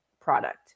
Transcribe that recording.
product